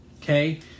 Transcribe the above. Okay